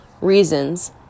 reasons